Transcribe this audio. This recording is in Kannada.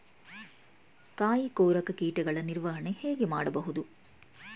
ಕಾಯಿ ಕೊರಕ ಕೀಟಗಳ ನಿರ್ವಹಣೆ ಹೇಗೆ ಮಾಡಬಹುದು?